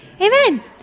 Amen